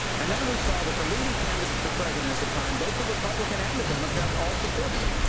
and then we saw that the leading candidates for president at the time, both the republican and the democrats, all supported it.